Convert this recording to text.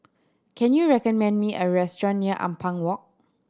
can you recommend me a restaurant near Ampang Walk